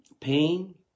pain